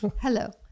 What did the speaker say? Hello